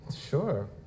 Sure